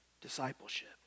discipleship